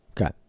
Okay